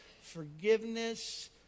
forgiveness